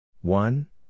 One